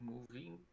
Moving